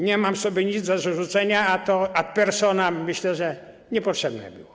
Nie mam sobie nic do zarzucenia, a to ad personam, myślę, niepotrzebne było.